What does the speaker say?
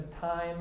time